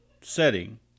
setting